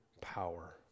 power